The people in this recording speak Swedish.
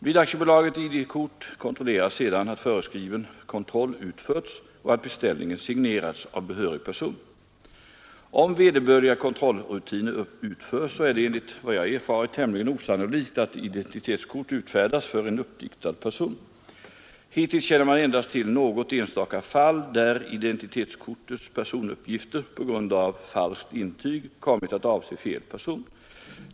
Vid AB ID-kort kontrolleras sedan att föreskriven kontroll utförts och att beställningen signerats av behörig person. Om vederbörliga kontrollrutiner utförs, är det enligt vad jag erfarit tämligen osannolikt att identitetskort utfärdas för en uppdiktad person. Hittills känner man endast till något enstaka fall där identitetskortets personuppgifter på grund av falskt intyg kommit att avse fel person.